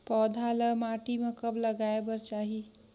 पौधा ल माटी म कब लगाए बर चाही?